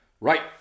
right